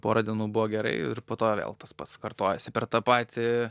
pora dienų buvo gerai ir po to vėl tas pats kartojasi per tą patį